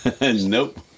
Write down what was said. Nope